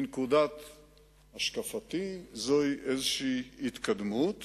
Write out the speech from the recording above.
מנקודת השקפתי, זו התקדמות